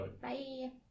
Bye